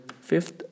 fifth